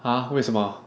!huh! 为什么